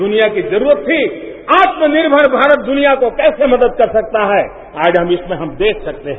दुनिया की जरूरत थी आत्मनिर्भर भारत दुनिया को कैसे मदद कर सकता है आज इसमें हम देख सकते हैं